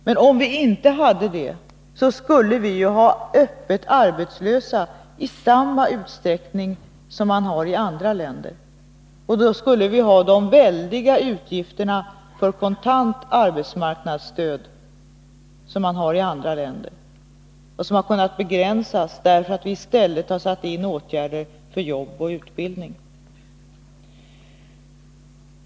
Men om vi inte haft det skulle vi ju ha öppet arbetslösa i samma utsträckning som i andra länder. Och då skulle vi ha de väldiga utgifter för kontant arbetsmarknadsstöd som man har i andra länder och som vi har kunnat begränsa därför att vi i stället satt in åtgärder för jobb och utbildning.